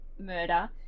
murder